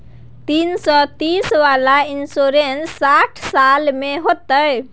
तीन सौ तीस वाला इन्सुरेंस साठ साल में होतै?